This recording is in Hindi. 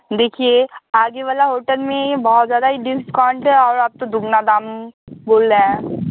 देखिए आगे वाला होटल में बहुत ज़्यादा ही डिस्काउंट है और आप तो दुगना दाम बोल रहे हैं